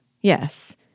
yes